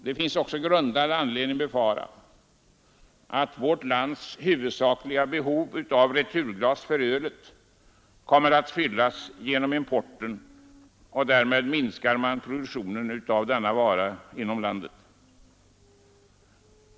Det finns också grundad anledning befara att vårt lands huvudsakliga behov av returglas för ölet kommer att fyllas genom importen, och därmed minskar man produktionen av denna vara inom landet.